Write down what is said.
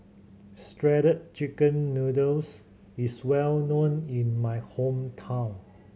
Shredded Chicken Noodles is well known in my hometown